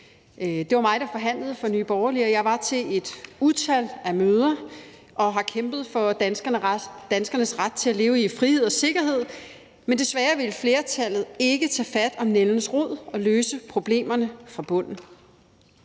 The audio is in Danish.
Det var mig, der forhandlede for Nye Borgerlige, og jeg var til et utal af møder og har kæmpet for danskernes ret til at leve i frihed og sikkerhed, men desværre ville flertallet ikke tage fat om nældens rod og løse problemerne fra bunden.